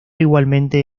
igualmente